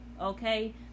okay